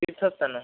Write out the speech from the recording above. ତୀର୍ଥସ୍ଥାନ